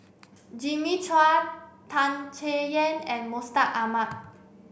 Jimmy Chua Tan Chay Yan and Mustaq Ahmad